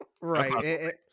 right